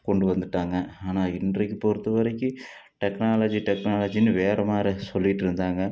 கொண்டு வந்துட்டாங்க ஆனால் இன்றைக்கு பொறுத்தவரைக்கும் டெக்னாலஜி டெக்னாலஜினு வேறமாதிரி சொல்லிட்டு இருந்தாங்க